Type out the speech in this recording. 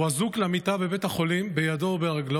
הוא אזוק למיטה בידו וברגלו,